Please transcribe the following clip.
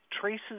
traces